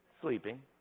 Sleeping